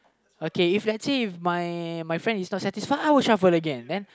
okay if let's say if my my friend is not satisfy I will shuffle again then